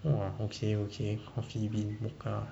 !wah! okay okay coffee bean mocha